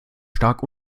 stark